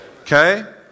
Okay